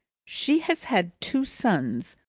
she has had two sons,